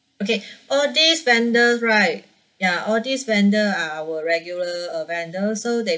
okay all these vendors right ya all these vendor are our regular uh vendors so they